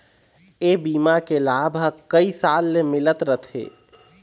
ए बीमा के लाभ ह कइ साल ले मिलत रथे